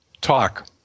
Talk